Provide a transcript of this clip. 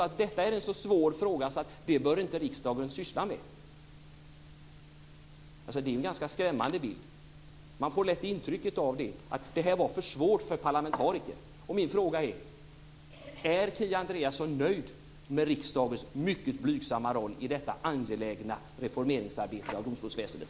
Är det en så svår fråga att riksdagen inte bör syssla med den? Detta är en ganska skrämmande bild. Man får lätt det intrycket att det här är för svårt för parlamentariker. Min fråga är: Är Kia Andreasson nöjd med riksdagens mycket blygsamma roll i det angelägna arbetet med reformering av domstolsväsendet?